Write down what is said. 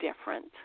different